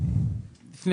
מי יקנה